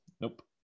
Nope